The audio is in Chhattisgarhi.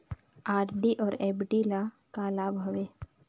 आर.डी अऊ एफ.डी ल का लाभ हवे?